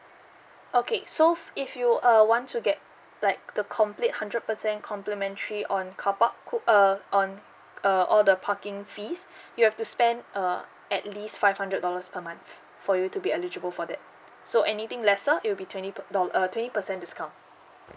okay so if you uh want to get like the complete hundred percent complimentary on carpark cou~ err on err all the parking fees you have to spend err at least five hundred dollars per month for you to be eligible for that so anything lesser it'll be twenty per do~ uh twenty percent discount